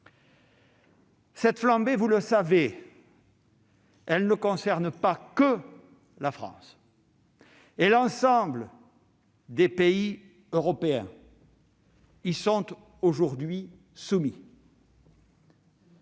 Cette flambée, vous le savez, ne concerne pas que la France ; l'ensemble des pays européens y est aujourd'hui soumis.